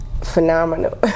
phenomenal